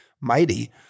mighty